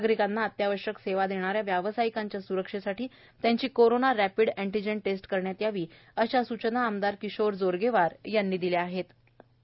नागरिकांना अत्यावश्यक सेवा देणाऱ्या व्यावसायिकांच्या स्रक्षेसाठी त्यांची कोरोना रॅपिड अँटिजन टेस्ट करण्यात यावी अश्या स्चना आमदार किशोर जोरगेवार यांनी दिल्या होत्या